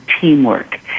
teamwork